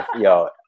yo